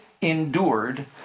endured